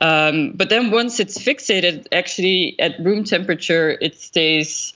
um but then once it's fixated, actually at room temperature it stays